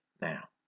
now